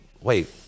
wait